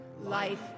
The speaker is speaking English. life